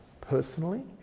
personally